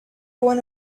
one